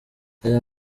aya